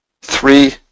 three